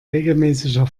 regelmäßiger